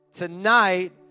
Tonight